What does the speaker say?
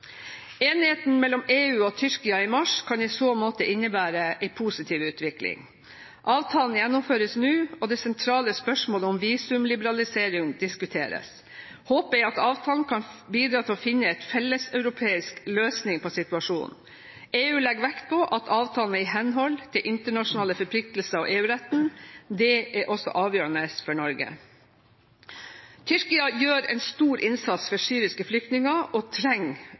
Enigheten mellom EU og Tyrkia i mars kan i så måte innebære en positiv utvikling. Avtalen gjennomføres nå, og det sentrale spørsmålet om visumliberalisering diskuteres. Håpet er at avtalen kan bidra til å finne en felleseuropeisk løsning på situasjonen. EU legger vekt på at avtalen er i henhold til internasjonale forpliktelser og EU-retten. Det er også avgjørende for Norge. Tyrkia gjør en stor innsats for syriske flyktninger og trenger